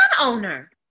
owner